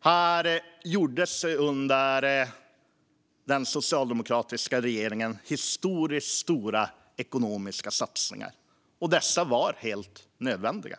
Här gjordes under den socialdemokratiska regeringen historiskt stora ekonomiska satsningar. Dessa var helt nödvändiga,